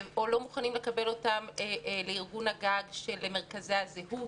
או לא מוכנים לקבל אותם לארגון הגג של מרכזי הזהות.